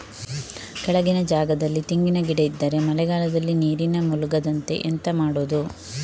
ಕೆಳಗಿನ ಜಾಗದಲ್ಲಿ ತೆಂಗಿನ ಗಿಡ ಇದ್ದರೆ ಮಳೆಗಾಲದಲ್ಲಿ ನೀರಿನಲ್ಲಿ ಮುಳುಗದಂತೆ ಎಂತ ಮಾಡೋದು?